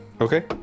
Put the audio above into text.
Okay